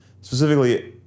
Specifically